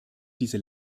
diese